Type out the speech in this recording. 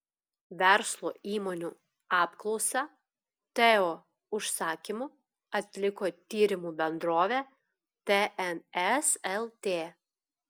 verslo įmonių apklausą teo užsakymu atliko tyrimų bendrovė tns lt